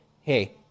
Hey